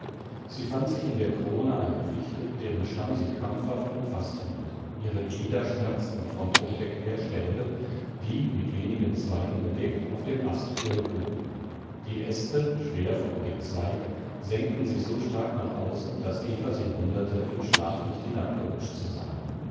sie fand sich in der krone einer fichte deren stamm sie krampfhaft umfaßt hielt ihre glieder schmerzten vom druck der querstäbe die mit wenigen zweigen bedeckt auf dem astquirl ruhten die äste schwer vom gezweig senkten sich so stark nach außen daß eva sich wunderte im schlaf nicht hinabgerutscht zu sein